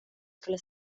skulle